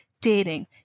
dating